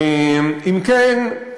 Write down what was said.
אם כן,